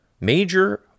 Major